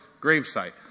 gravesite